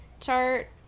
Chart